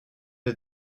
est